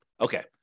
Okay